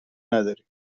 نداریم